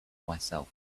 myself